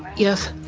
yes.